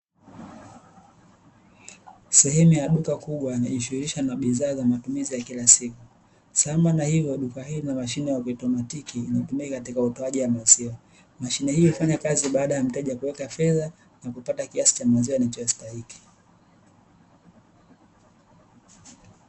Sehemu ya duka kubwa inayojishughukisha na bidhaa za matumizi ya kila siku, sambamba na hilo duka hilo lina mashine za kiautomatiki zinazotumika katika utoaji wa maziwa, mashine hiyo hufanya kazi baada ya mteja kuweka fedha na kupata kiasi cha maziwa anachostahiki.